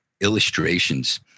illustrations